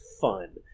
fun